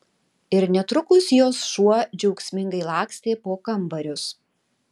ir netrukus jos šuo džiaugsmingai lakstė po kambarius